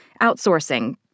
outsourcing